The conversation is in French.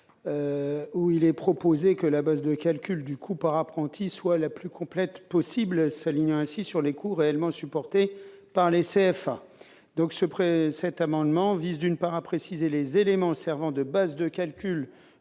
Il est proposé que la base de calcul du coût par apprenti soit la plus complète possible, s'alignant ainsi sur les coûts réellement supportés par les CFA. Le présent amendement vise, d'une part, à préciser les éléments servant de base au calcul